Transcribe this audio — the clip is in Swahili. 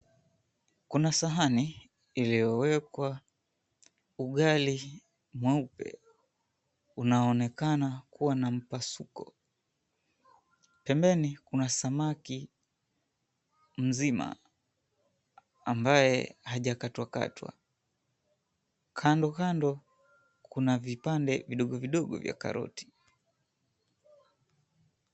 Kuna sahani iliyowekwa ugali mweupe unaonekana kuwa na mpasuko, pembeni kuna samaki mzima ambaye hajakatwa katwa kando kando kuna vipande vidogo vidogo vya karoti.